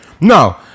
No